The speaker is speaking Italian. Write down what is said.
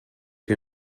che